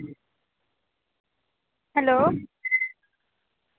hello